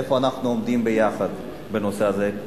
איפה אנחנו עומדים ביחד בנושא הזה,